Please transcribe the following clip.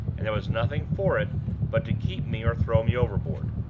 and there was nothing for it but to keep me or throw me overboard.